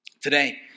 today